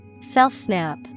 Self-snap